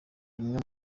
rumwe